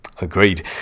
Agreed